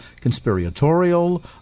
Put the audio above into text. conspiratorial